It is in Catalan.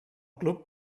club